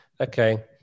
okay